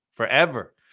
forever